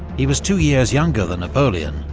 he was two years younger than napoleon,